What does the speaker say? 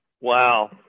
Wow